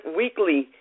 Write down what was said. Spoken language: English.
weekly